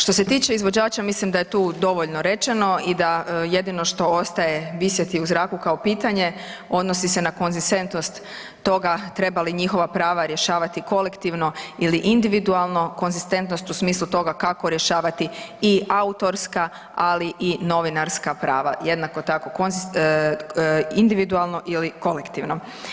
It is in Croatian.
Što se tiče izvođača mislim da je tu dovoljno rečeno i da jedino što ostaje visjeti u zraku kao pitanje odnosi se na konzistentnost toga treba li njihova prava rješavati kolektivno ili individualno, konzistentnost u smislu toga kako rješavati i autorska ali i novinarska prava, jednako tako individualno ili kolektivno.